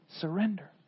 surrender